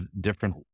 different